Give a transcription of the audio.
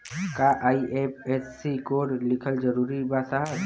का IFSC code लिखल जरूरी बा साहब?